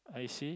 I see